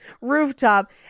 rooftop